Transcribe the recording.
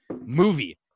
movie